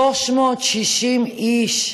360 איש?